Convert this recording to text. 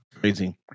Crazy